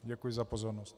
Děkuji za pozornost.